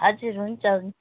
हजुर हुन्छ हुन्छ